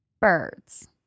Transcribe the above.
Birds